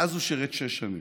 ואז הוא שירת שש שנים.